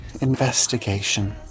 Investigation